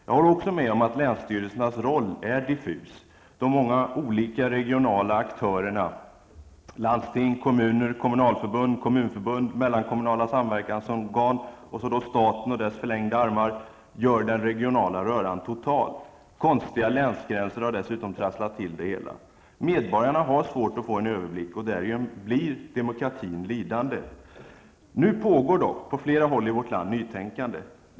Jag håller också med om att länsstyrelsernas roll är diffus. De många olika regionala aktörerna -- landsting, kommuner, kommunalförbund, kommunförbund, mellankommunala samverkansorgan, och så staten och dess förlängda armar -- gör den regionala röran total. Konstiga länsgränser har dessutom trasslat till det hela. Medborgarna har svårt att få en överblick, och därigenom blir demokratin lidande. Nu pågår dock på flera håll i vårt land ett nytänkande.